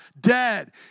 dead